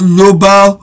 Global